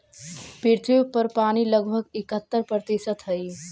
पृथ्वी पर पानी लगभग इकहत्तर प्रतिशत हई